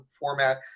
format